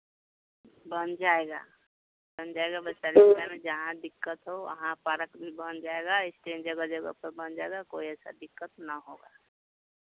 बन जागा बन जागा जहाँ दिक्कत हो वहाँ पारक भी बन जाएगा स्टैन्ड जगह जगह पर बन जाएगा कोई ऐसा दिक्कत ना होगा